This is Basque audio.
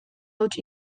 huts